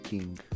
King